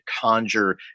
conjure